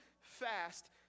fast